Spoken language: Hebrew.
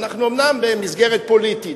אנחנו אומנם במסגרת פוליטית,